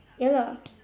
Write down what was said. ya lah